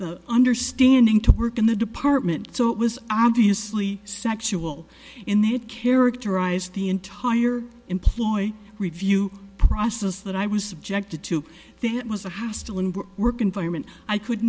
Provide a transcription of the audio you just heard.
the understanding to work in the department so it was obviously sexual in that it characterize the entire employ review process that i was subjected to think it was a hostile and work environment i could